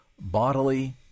bodily